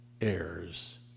heirs